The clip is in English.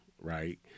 right